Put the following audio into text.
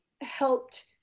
helped